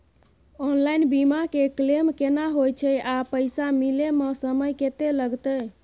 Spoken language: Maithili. ऑनलाइन बीमा के क्लेम केना होय छै आ पैसा मिले म समय केत्ते लगतै?